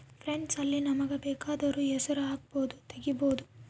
funds ಅಲ್ಲಿ ನಮಗ ಬೆಕಾದೊರ್ ಹೆಸರು ಹಕ್ಬೊದು ತೆಗಿಬೊದು